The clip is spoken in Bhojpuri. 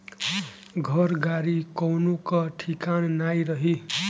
घर, गाड़ी कवनो कअ ठिकान नाइ रही